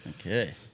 Okay